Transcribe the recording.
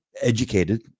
Educated